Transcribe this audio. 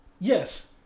Yes